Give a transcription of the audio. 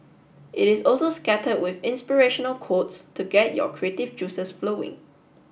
it is also scattered with inspirational quotes to get your creative juices flowing